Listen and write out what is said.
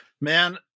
Man